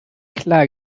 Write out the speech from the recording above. klar